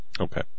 Okay